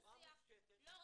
בצורה מופשטת --- לא,